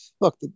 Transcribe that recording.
look